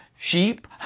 sheep